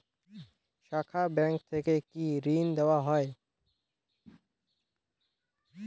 শাখা ব্যাংক থেকে কি ঋণ দেওয়া হয়?